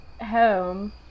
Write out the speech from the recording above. home